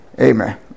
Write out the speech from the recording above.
Amen